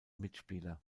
mitspieler